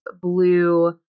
blue